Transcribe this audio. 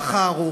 ולטווח הארוך,